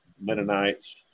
Mennonites